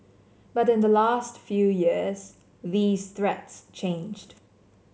but in the last few years these threats changed